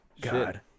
God